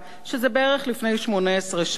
שזה בערך לפני 18 שנה,